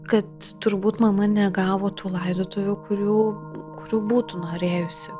kad turbūt mama negavo tų laidotuvių kurių kurių būtų norėjusi